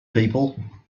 people